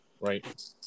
right